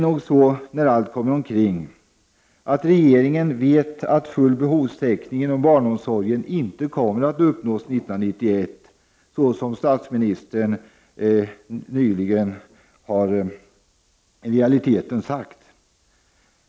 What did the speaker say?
När allt kommer omkring vet nog regeringen att full behovstäckning inom barnomsorgen inte kommer att uppnås 1991, såsom statsministern i realiteten har sagt.